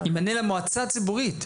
ימנה למועצה הציבורית.